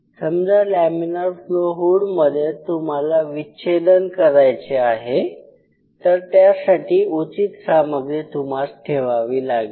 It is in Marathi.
समजा लॅमीनार फ्लो हुड मध्ये तुम्हाला विच्छेदन करायचे आहे तर त्यासाठी उचित सामग्री तुम्हास ठेवावी लागेल